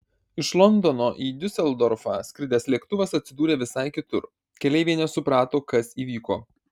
iš londono į diuseldorfą skridęs lėktuvas atsidūrė visai kitur keleiviai nesuprato kas įvyko